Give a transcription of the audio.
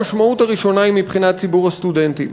המשמעות הראשונה היא מבחינת ציבור הסטודנטים,